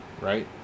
right